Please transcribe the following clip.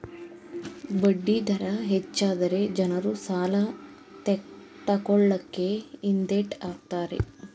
ಬಡ್ಡಿ ದರ ಹೆಚ್ಚಾದರೆ ಜನರು ಸಾಲ ತಕೊಳ್ಳಕೆ ಹಿಂದೆಟ್ ಹಾಕ್ತರೆ